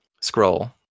scroll